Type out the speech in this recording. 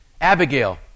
Abigail